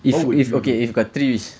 what would you do